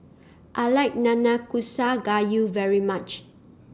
I like Nanakusa Gayu very much